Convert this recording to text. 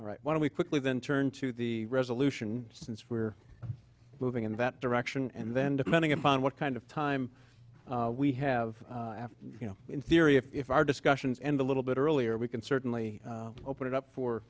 don't we quickly then turn to the resolution since we're moving in that direction and then depending upon what kind of time we have you know in theory if our discussions end a little bit earlier we can certainly open it up for